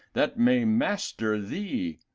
that may master thee!